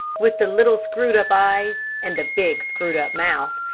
with the little screwed-up eyes, and the big screwed-up mouth,